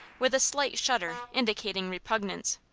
with a slight shudder indicating repugnance.